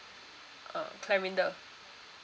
uh C L A R I N D A